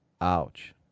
Ouch